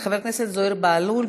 חבר הכנסת זוהיר בהלול,